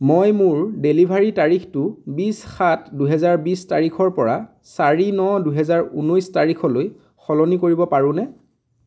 মই মোৰ ডেলিভাৰীৰ তাৰিখটো বিছ সাত দুহেজাৰ বিছ তাৰিখৰ পৰা চাৰি ন দুহেজাৰ ঊনৈছ তাৰিখলৈ সলনি কৰিব পাৰোঁনে